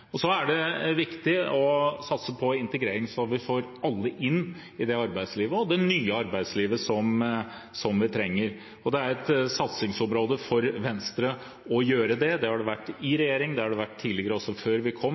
er viktig å satse på integrering, så vi får alle inn i arbeidslivet, og inn i det nye arbeidslivet som vi trenger. Dette er et satsingsområde for Venstre. Det har det vært i regjering, og det har det vært også tidligere, før vi kom